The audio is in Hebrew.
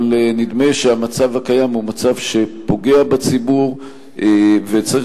אבל נדמה שהמצב הקיים הוא מצב שפוגע בציבור וצריך